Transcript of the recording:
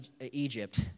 Egypt